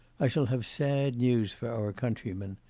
i shall have sad news for our countrymen.